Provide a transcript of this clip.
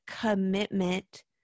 commitment